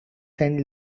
send